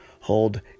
hold